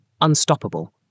Unstoppable